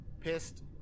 pissed